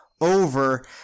over